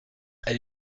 elle